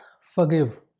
forgive